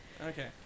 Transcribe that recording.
Okay